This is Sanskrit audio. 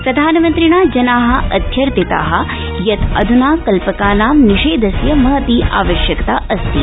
प्रधानमन्त्रिणा जना अध्यर्थिता यत् अध्ना कल्पकानामं निषेधस्य महती आवश्यकता अस्ति